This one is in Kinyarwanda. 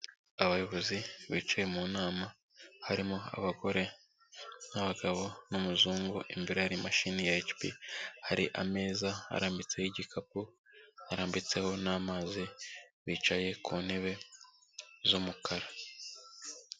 Abayobozi bicaye mu nama, harimo abagore n'abagabo n'umuzungu, imbere hari imashini ya HP, hari ameza arambitseho igikapu, harambitseho n'amazi, bicaye ku ntebe z'umukara.